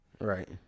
Right